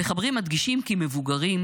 המחברים מדגישים כי מבוגרים,